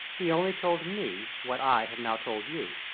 he only told me, what i have now told you.